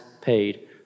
paid